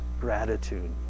gratitude